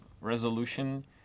resolution